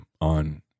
on